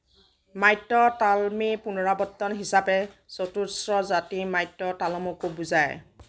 মাত্য তালমে পুনৰাৱৰ্তন হিচাপে চতুশ্ৰ জাতি মাত্য তালমকো বুজায়